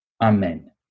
Amen